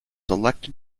elected